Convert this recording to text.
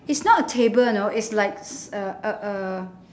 it's not a table you know it's like c~ uh uh uh